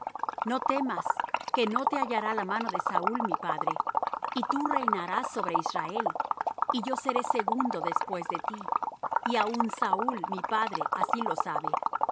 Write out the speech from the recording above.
no temas que no te hallará la mano de saúl mi padre y tú reinarás sobre israel y yo seré segundo después de ti y aun saúl mi padre así lo sabe